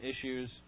issues